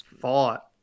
fought